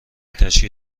تشکیل